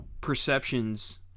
perceptions